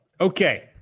Okay